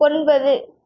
ஒன்பது